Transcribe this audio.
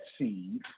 seeds